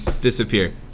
disappear